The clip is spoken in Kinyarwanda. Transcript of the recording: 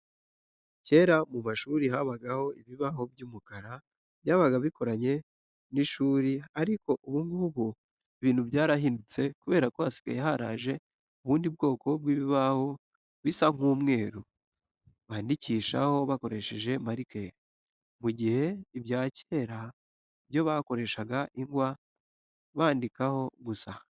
Kera mu mashuri habagaho ibibaho by'umukara byabaga bikoranye n'ishuri ariko ubu ngubu ibintu byarahindutse kubera ko hasigaye haraje ubundi bwoko bw'ibibaho bisa nk'umweru, bandikishaho bakoresheje marikeri, mu gihe ibya kera byo bakoreshaga ingwa bandikaho gusa.